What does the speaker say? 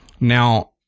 Now